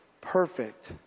perfect